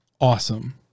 awesome